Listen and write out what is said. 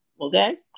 okay